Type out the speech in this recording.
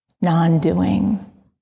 non-doing